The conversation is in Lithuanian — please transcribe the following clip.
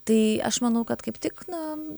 tai aš manau kad kaip tik na